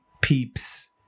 Peeps